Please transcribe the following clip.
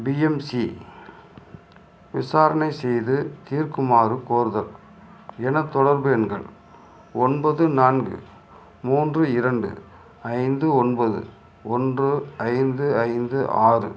BMC விசாரணை செய்து தீர்க்குமாறு கோருதல் எனது தொடர்பு எண்கள் ஒன்பது நான்கு மூன்று இரண்டு ஐந்து ஒன்பது ஒன்று ஐந்து ஐந்து ஆறு